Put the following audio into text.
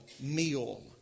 meal